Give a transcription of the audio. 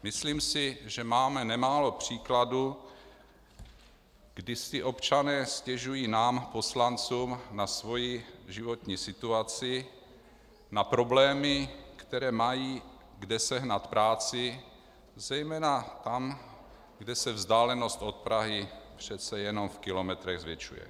Myslím si, že máme nemálo příkladů, kdy si občané stěžují nám poslancům na svoji životní situaci, na problémy, které mají, kde se sehnat práci, zejména tam, kde se vzdálenost od Prahy přece jenom v kilometrech zvětšuje.